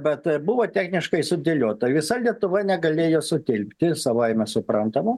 bet buvo techniškai sudėliota visa lietuva negalėjo sutilpti savaime suprantama